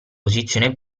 posizione